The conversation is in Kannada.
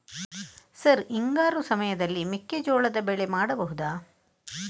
ಸರ್ ಹಿಂಗಾರು ಸಮಯದಲ್ಲಿ ಮೆಕ್ಕೆಜೋಳದ ಬೆಳೆ ಮಾಡಬಹುದಾ?